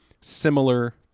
similar